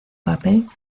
papel